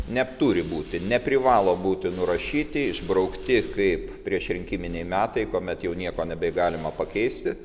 neturi būti neprivalo būti nurašyti išbraukti kaip priešrinkiminiai metai kuomet jau nieko nebegalima pakeisti